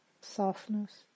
softness